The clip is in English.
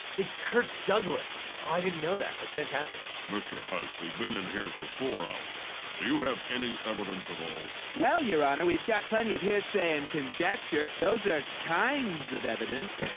it's kirk douglas. oh, i didn't know that, that's fantastic. mr. hutz, we've been in here for four hours. do you have any evidence at all? well your honor, we've got plenty of hearsay and conjecture, those are kinds of evidence.